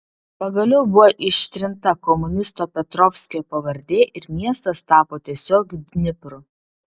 pagaliau buvo ištrinta komunisto petrovskio pavardė ir miestas tapo tiesiog dnipru